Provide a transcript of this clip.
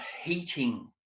heating